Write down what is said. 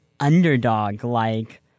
underdog-like